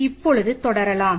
இப்பொழுது தொடரலாம்